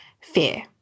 fear